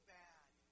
bad